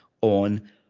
on